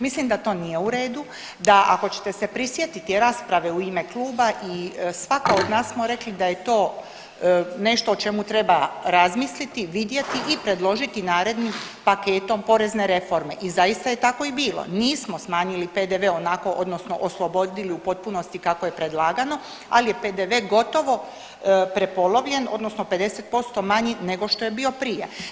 Mislim da to nije u redu, da ako ćete se prisjetiti rasprave u ime klube i svaka od nas smo rekli da je to nešto o čemu treba razmisliti, vidjeti i predložiti narednim paketom porezne reforme i zaista je tako i bilo, nismo smanjili PDV onako odnosno oslobodili u potpunosti kako je predlagano, ali je PDV gotovo prepolovljen odnosno 50% manji nego što je bio prije.